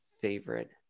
favorite